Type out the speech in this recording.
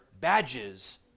badges